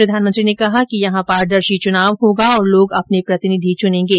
प्रधानमंत्री ने कहा कि यहां पारदर्शी चुनाव होगा और लोग अपने प्रतिनिधि चुनेंगे